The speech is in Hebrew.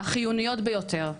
החיוניות ביותר.